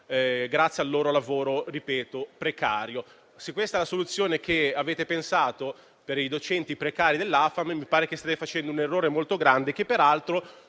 grazie a un lavoro che - lo ripeto - è precario. Se questa è la soluzione che avete pensato per i docenti precari dell'AFAM, mi pare che stiate facendo un errore molto grande, che peraltro